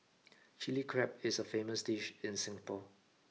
Chilli Crab is a famous dish in Singapore